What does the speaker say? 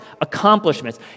accomplishments